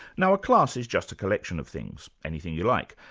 now a class is just a collection of things, anything you like.